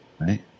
Right